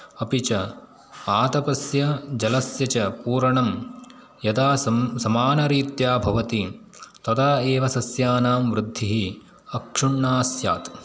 अपि च आतपस्य च जलस्य पूरणं यदा सम् समानरीत्या भवति तदा एव सस्यानां वृद्धिः अक्षुण्णा स्यात्